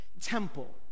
temple